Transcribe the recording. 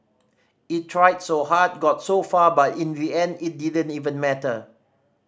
it tried so hard got so far but in the end it didn't even matter